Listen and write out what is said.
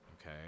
okay